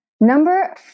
number